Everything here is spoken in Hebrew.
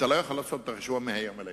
אתה לא יכול לעשות את השינוי מהיום להיום,